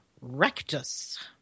Rectus